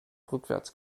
rückwärts